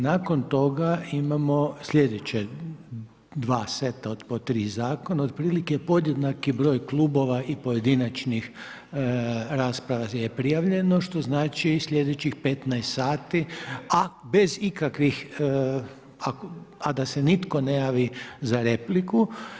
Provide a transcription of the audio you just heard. Nakon toga, imamo slijedeće, 2 seta po 3 zakona, otprilike, podjednaki broj klubova i pojedinačnih rasprava je prijavljeno, što znači sljedećih 15 sati, a bez ikakvih a da se nitko ne javi za repliku.